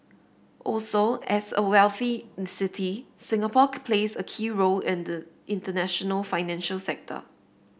also as a wealthy city Singapore plays a key role in the in the international financial sector